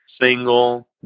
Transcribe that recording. Single